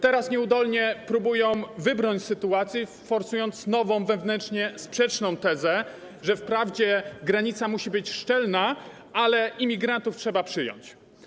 Teraz nieudolnie próbują wybrnąć z sytuacji, forsując nową, wewnętrznie sprzeczną tezę, że wprawdzie granica musi być szczelna, ale imigrantów trzeba przyjąć.